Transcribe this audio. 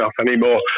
anymore